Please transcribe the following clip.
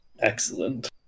excellent